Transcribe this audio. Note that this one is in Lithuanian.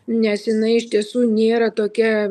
nes jinai iš tiesų nėra tokia